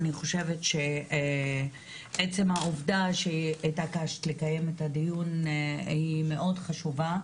אני חושבת שעצם העובדה שהתעקשת לקיים את הדיון היא מאוד חשובה.